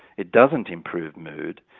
it doesn't improve mood,